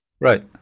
Right